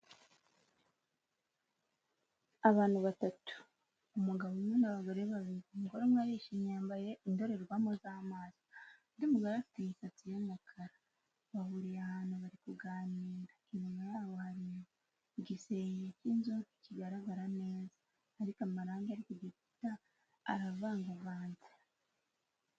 Abantu batatu umugabo umwe n'abagore babiri, umugore umwe yishimye yambaye indorerwamo z'amaso, undi mugore afite imisatsi y'umukara bahuriye ahantu bari kuganira, inyuma yabo hari igisenge cy'inzu kigaragara neza ariko amarangi ari ku gikuta aravangavanze.